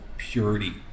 purity